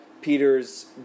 Peter's